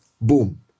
boom